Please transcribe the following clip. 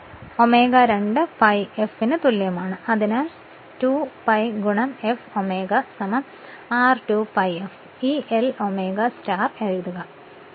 Ω 2 pi f ന് തുല്യമാണ് അതിനാൽ 2 pi fω r2 pi f ഈ L ω എഴുതുക L